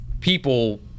people